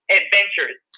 adventures